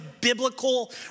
biblical